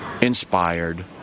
inspired